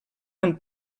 amb